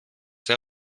der